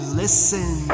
listen